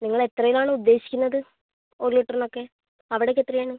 നിങ്ങള് എത്രയിനാണ് ഉദ്ദേശിക്കുന്നത് ഒരു ലിറ്ററിനൊക്കെ അവിടെ ഒക്കെ എത്രയാണ്